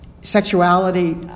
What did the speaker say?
Sexuality